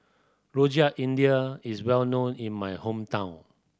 Rojak India is well known in my hometown